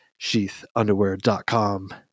sheathunderwear.com